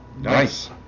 nice